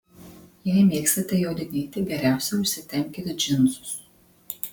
jei mėgstate jodinėti geriausia užsitempkit džinsus